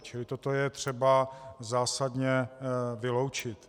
Čili toto je třeba zásadně vyloučit.